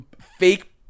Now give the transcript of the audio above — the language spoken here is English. fake